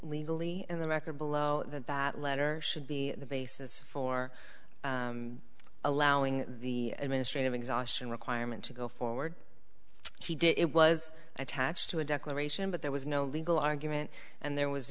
legally in the record below that that letter should be the basis for allowing the administrative exhaustion requirement to go forward she did it was attached to a declaration but there was no legal argument and there was